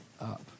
up